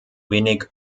wenig